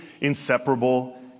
inseparable